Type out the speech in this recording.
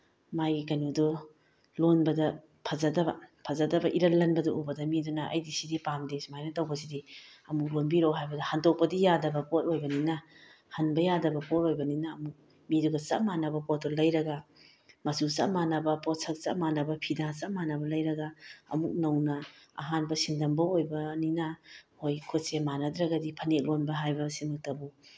ꯃꯥꯒꯤ ꯀꯩꯅꯣꯗꯨ ꯂꯣꯟꯕꯗ ꯐꯖꯗꯕ ꯐꯖꯗꯕ ꯏꯂꯟ ꯂꯟꯕꯗꯨ ꯎꯕꯗ ꯃꯤꯗꯨꯅ ꯑꯩꯗꯤ ꯁꯤꯗꯤ ꯄꯥꯝꯗꯦ ꯁꯨꯃꯥꯏꯅ ꯇꯧꯕꯁꯤꯗꯤ ꯑꯃꯨꯛ ꯂꯣꯟꯕꯤꯔꯛꯑꯣ ꯍꯥꯏꯕꯗ ꯍꯟꯇꯣꯛꯄꯗꯤ ꯌꯥꯗꯕ ꯄꯣꯠ ꯑꯣꯏꯕꯅꯤꯅ ꯍꯟꯕ ꯌꯥꯗꯕ ꯄꯣꯠ ꯑꯣꯏꯕꯅꯤꯅ ꯑꯃꯨꯛ ꯃꯤꯗꯨꯗ ꯆꯞ ꯃꯥꯟꯅꯕ ꯄꯣꯠꯇꯨ ꯂꯩꯔꯒ ꯃꯆꯨ ꯆꯞ ꯃꯥꯟꯅꯕ ꯄꯣꯠꯁꯛ ꯆꯞ ꯃꯥꯟꯅꯕ ꯐꯤꯗꯥ ꯆꯞ ꯃꯥꯟꯅꯕ ꯂꯩꯔꯒ ꯑꯃꯨꯛ ꯅꯧꯅ ꯑꯍꯥꯟꯕ ꯁꯤꯡꯗꯝꯕ ꯑꯣꯏꯕꯅꯤꯅ ꯍꯣꯏ ꯈꯨꯠꯁꯤ ꯃꯥꯟꯅꯗ꯭ꯔꯒꯗꯤ ꯐꯅꯦꯛ ꯂꯣꯟꯕ ꯍꯥꯏꯕ ꯑꯁꯤꯃꯛꯇꯕꯨ